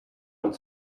went